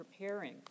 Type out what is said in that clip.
preparing